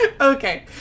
Okay